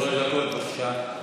שלוש דקות, בבקשה.